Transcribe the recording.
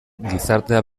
gizartea